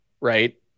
right